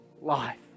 life